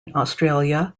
australia